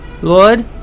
Lord